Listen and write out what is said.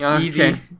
Easy